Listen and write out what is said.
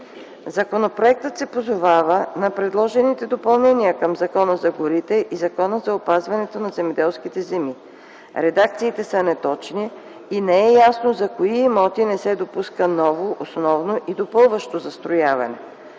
Законопроектът се позовава на предложените допълнения към Закона за горите и Закона за опазването на земеделските земи. Редакциите са неточни и не е ясно за кои имоти не се допуска ново, основно и допълващо застрояване.